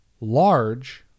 large